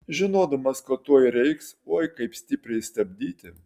žinodamas kad tuoj reiks oi kaip stipriai stabdyti